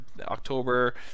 October